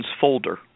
folder